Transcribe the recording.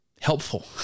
Helpful